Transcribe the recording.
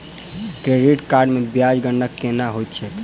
credit card मे ब्याजक गणना केना होइत छैक